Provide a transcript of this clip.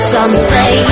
Someday